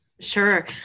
Sure